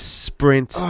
sprint